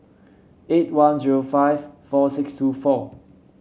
eight one zero five four six two four